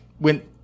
went